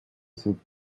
sind